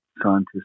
scientists